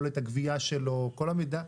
יכולת הגבייה שלו, כל המידע.